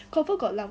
confirm got lump